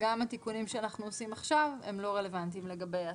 וגם התיקונים שאנחנו עושים עכשיו הם לא רלוונטיים לגבי הסלולר.